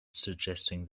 suggesting